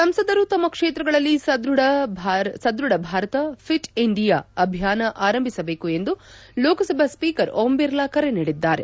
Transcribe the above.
ಸಂಸದರು ತಮ್ಮ ಕ್ಷೇತ್ರಗಳಲ್ಲಿ ಸದೃಢ ಭಾರತ ಫಿಟ್ ಇಂಡಿಯಾ ಅಭಿಯಾನ ಆರಂಭಿಸಬೇಕು ಎಂದು ಲೋಕಸಭಾ ಸ್ವೀಕರ್ ಓಂ ಬಿರ್ಲಾ ಕರೆ ನೀಡಿದ್ದಾರೆ